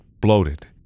bloated